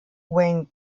wayne